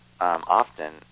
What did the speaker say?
often